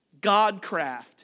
Godcraft